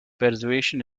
persuasion